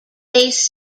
bass